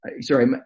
Sorry